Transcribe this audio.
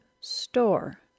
store